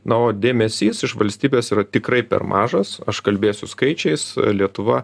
na o dėmesys iš valstybės yra tikrai per mažas aš kalbėsiu skaičiais lietuva